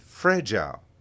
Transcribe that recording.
Fragile